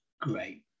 Great